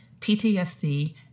PTSD